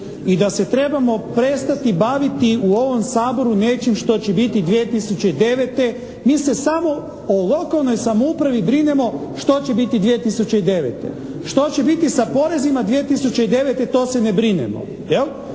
i da se trebamo prestati baviti u ovom Saboru nečim što će biti 2009. Mi se samo o lokalnoj samoupravi brinemo što će biti 2009. Što će biti sa porezima 2009. to se ne brinemo.